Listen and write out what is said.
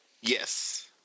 Yes